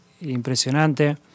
impresionante